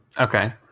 Okay